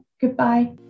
Goodbye